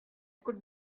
could